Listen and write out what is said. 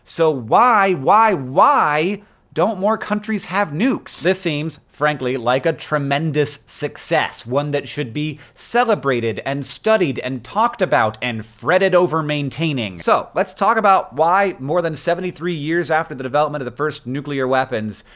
so why, why, why don't more countries have nukes! this seems frankly like a tremendous success. one that should be celebrated, and studied, and talked about, and fretted over maintaining. so let's talk about why, more than seventy three years after the development of the first nuclear weapons,